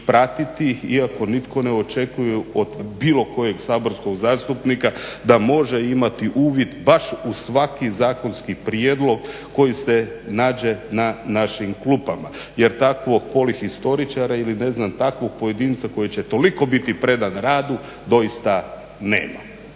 iako nitko ne očekuje od bilo kojeg saborskog zastupnika da može imati uvid baš u svaki zakonski prijedlog koji se nađe na našim klupama. Jer takvog polihistoričara ili ne znam takvog pojedinca koji će toliko biti predan radu doista nema.